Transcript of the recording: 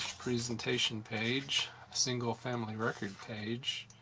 presentation page. a single family record page,